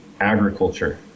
agriculture